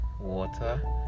water